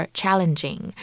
challenging